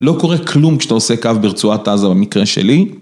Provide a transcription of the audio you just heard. לא קורה כלום כשאתה עושה קו ברצועת עזה במקרה שלי.